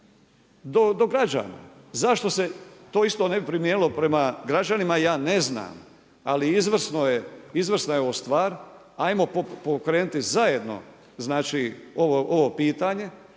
do građana. Zašto se to isto ne bi primijenilo prema građanima ja ne znam, ali izvrsna je ovo stvar. Hajmo pokrenuti zajedno, znači ovo pitanje